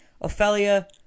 Ophelia